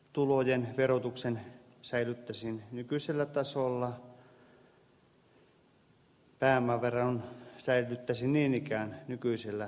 ansiotulojen verotuksen säilyttäisin nykyisellä tasolla pääomaveron säilyttäisin niin ikään nykyisellä tasolla